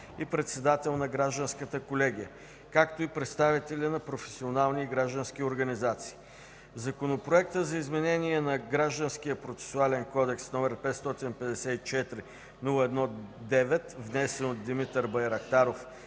и председател на Гражданската колегия, както и представители на професионални и граждански организации. Законопроектът за изменение на Гражданския процесуален кодекс, № 554-01-9, внесен от Димитър Байрактаров